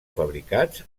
fabricats